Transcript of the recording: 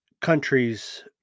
countries